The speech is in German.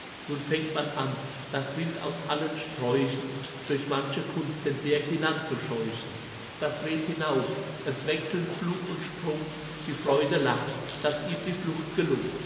nun fängst man an das wild aus allen sträuchen durch manche kunst den berg hinan zu scheuchen das weht hinauf es wechseln flug und sprung die freude lacht dass ihm die flucht gelung